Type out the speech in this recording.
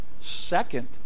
second